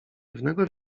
pewnego